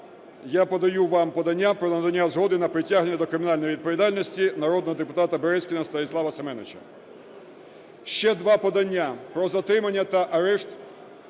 я подаю вам подання про надання згоди на притягнення до кримінальної відповідальності народного депутата Березкіна Станіслава Семеновича. Ще два подання про затримання та арешт